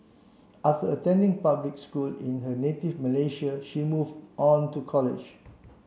after attending public school in her native Malaysia she move on to college